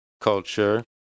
culture